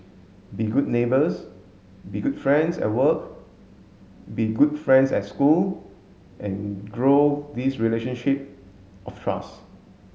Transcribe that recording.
be good neighbours be good friends at work be good friends at school and grow this relationship of trust